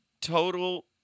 total